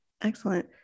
Excellent